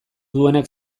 duenak